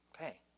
okay